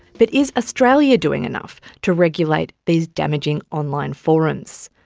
but is australia doing enough to regulate these damaging online forums?